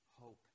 hope